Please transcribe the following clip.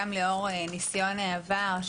גם לאור ניסיון העבר,